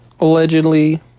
allegedly